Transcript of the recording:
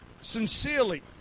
sincerely